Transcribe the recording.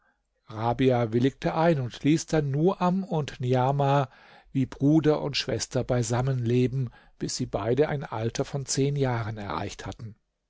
rabia willigte ein und ließ dann nuam und niamah wie bruder und schwester beisammen leben bis sie beide ein alter von zehn jahren erreicht hatten